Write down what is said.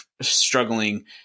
struggling